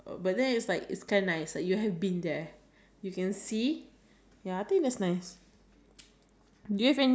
I think is nice I think is nice to be a pilot because like you earn money and then you can travel like is like